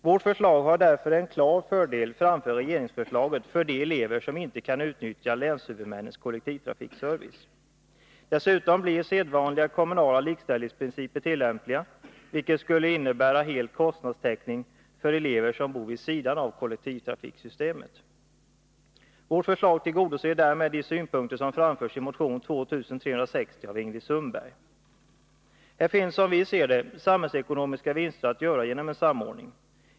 Vårt förslag har därför en klar fördel framför regeringsförslaget för de elever som inte kan utnyttja länshuvudmännens kollektivtrafikservice. Dessutom blir sedvanliga kommunala likställighetsprinciper tillämpliga, vilket skulle innebära hel kostnadstäckning för elever som bor vid sidan av kollektivtrafiksystemet. Vårt förslag tillgodoser därmed de synpunkter som framförs i motion 2360 av Ingrid Sundberg. Här finns, som vi ser det, samhällsekonomiska vinster att göra genom en samordning.